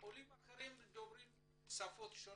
וכלל העולים החדשים שדוברים שפות שונות.